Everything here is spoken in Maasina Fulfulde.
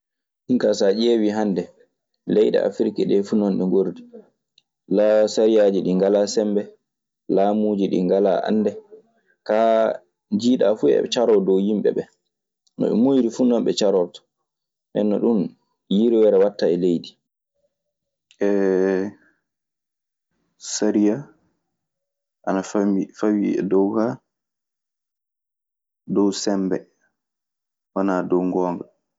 Min kaa, so a ƴeewii hannde. Leyɗe Afrik ɗee fuu non ɗe ngorri. Sariyaaji ɗii ngalaa sembe. Laamuuji ɗii ngalaa annde. Kaa, nde njiiɗaa fuu eɓe caroo dow yimɓe ɓee. No ɓe muuyri fuu non ɓe carortoo. Nden non ɗun, yirweere waɗtaa e leydi.